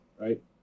right